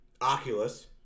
Oculus